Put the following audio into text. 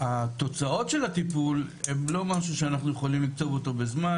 התוצאות של הטיפול הן לא משהו שאנחנו יכולים לקצוב אותו בזמן,